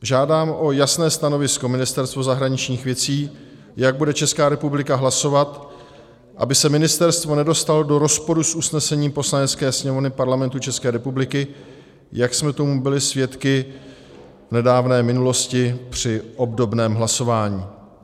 Žádám o jasné stanovisko Ministerstvo zahraničních věcí, jak bude Česká republika hlasovat, aby se ministerstvo nedostalo do rozporu s usnesením Poslanecké sněmovny Parlamentu České republiky, jak jsme tomu byli svědky v nedávné minulosti při obdobném hlasování.